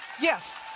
Yes